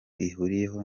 ihuriyeho